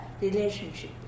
relationship